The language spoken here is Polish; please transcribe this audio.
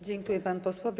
Dziękuję panu posłowi.